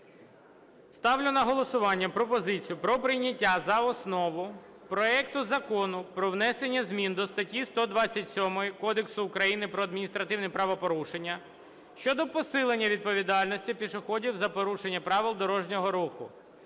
Ставлю на голосування пропозицію про прийняття за основу проект Закону про внесення змін до статті 127 Кодексу України про адміністративні правопорушення щодо посилення відповідальності пішоходів за порушення правил дорожнього руху